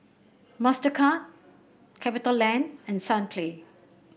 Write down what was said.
Mastercard Capitaland and Sunplay